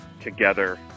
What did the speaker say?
together